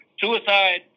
suicide